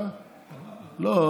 לא,